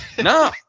No